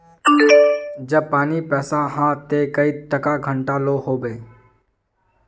जब पानी पैसा हाँ ते कई टका घंटा लो होबे?